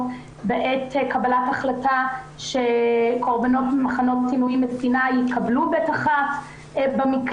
ובעת קבלת החלטה שקורבנות מחנות עינויים בסיני יקבלו ב1 במקלט.